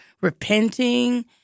repenting